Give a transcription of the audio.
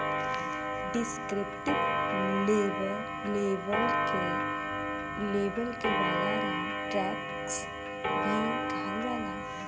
descriptive label के वालाराम tax भी कहल जाला